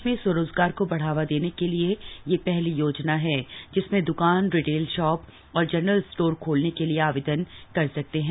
प्रदेश में स्वरोजगार को बढ़ावा देने के लिए यह पहली योजना है जिसमें दुकान रिटेल शॉप और जनरल स्टोर खोलने के लिए आवेदन कर सकते हैं